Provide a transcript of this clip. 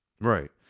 right